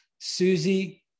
Susie